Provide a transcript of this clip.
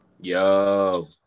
Yo